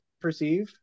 perceive